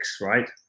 right